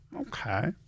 Okay